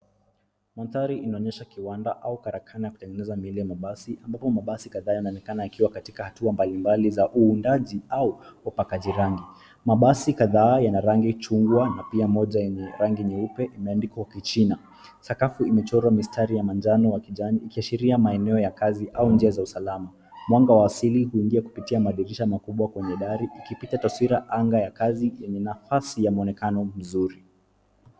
Mandhari inaonyesha kiwanda au karakana yakutengeneza miili ya mabasi ambapo mabasi kadhaa yanaonekana yakiwa katika hatua mbalimbali za uundaji au upakaji rangi. Mabasi kadhaa yana rangi chungwa na pia moja ina rangi nyeupe imeandikwa kichina. Sakafu imechorwa mistari ya manjano na kijani ikiashiria maeneo ya kazi au njia za usalama. Mwanga wa asili unaingia kupitia madirisha makubwa kwenye dari ikipita taswira anga ya kazi yenye nafasi ya mwonekano mzuri.